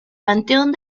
panteón